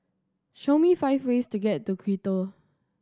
show me five ways to get to Quito